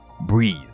breathe